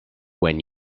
when